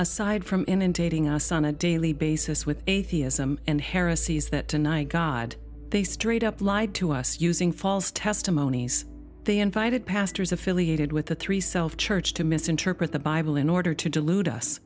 aside from inundating us on a daily basis with atheism and heresies that tonight god they straight up lied to us using false testimonies they invited pastors affiliated with the three self church to misinterpret the bible in order to delude us